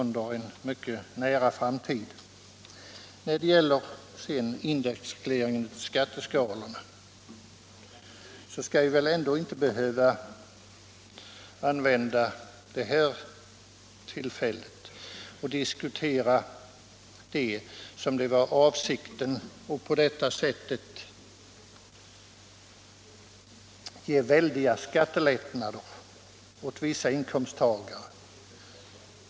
När det sedan gäller indexregleringen av skatteskalorna skall vi väl ändå inte behöva använda det här tillfället till att diskutera den frågan som om avsikten vore att genom indexreglering ge väldiga skattelättnader åt vissa inkomsttagare.